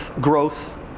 growth